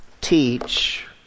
teach